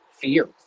fear